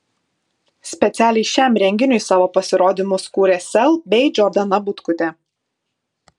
specialiai šiam renginiui savo pasirodymus kūrė sel bei džordana butkutė